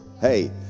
Hey